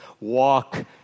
Walk